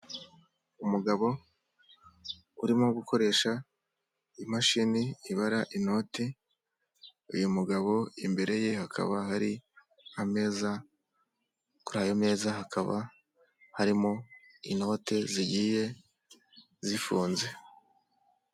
Umugabo urimo gukoresha imashini ibara inoti, uyu mugabo imbere ye hakaba hari ameza kuri ayo meza hakaba harimo inote zigiye zifunze.